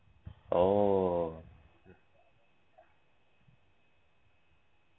oh